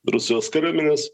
rusijos kariuomenės